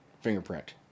fingerprint